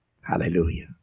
Hallelujah